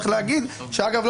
אגב,